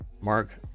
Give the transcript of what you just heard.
Mark